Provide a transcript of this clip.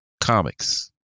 comics